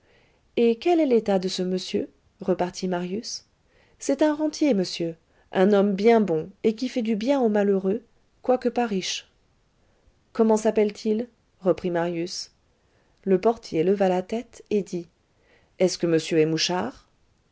et quel est l'état de ce monsieur repartit marius c'est un rentier monsieur un homme bien bon et qui fait du bien aux malheureux quoique pas riche comment s'appelle-t-il reprit marius le portier leva la tête et dit est-ce que monsieur est mouchard